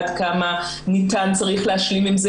עד כמה ניתן וצריך להשלים עם זה,